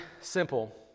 simple